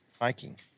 hiking